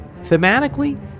Thematically